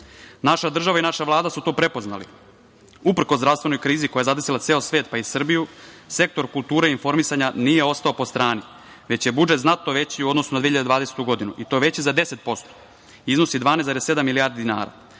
država i naša Vlada su to prepoznali. Uprkos zdravstvenoj krizi koja je zadesila ceo svet pa i Srbiju, sektor kulture i informisanja nije ostao po strani, već je budžet znatno veći u odnosu na 2020. godinu i to veći za 10%, iznosi 12,7 milijardi dinara.